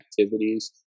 activities